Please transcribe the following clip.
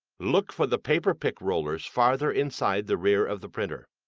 look for the paper pick rollers farther inside the rear of the printer.